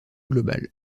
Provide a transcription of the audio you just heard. globale